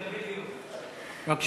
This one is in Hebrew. בבקשה.